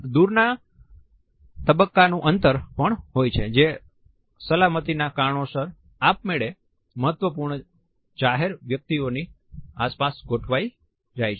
દૂર ના તબક્કોનું અંતર પણ હોય છે જે સલામતીના કારણોસર આપમેળે મહત્વપૂર્ણ જાહેર વ્યક્તિઓની આસપાસ ગોઠવાય જાય છે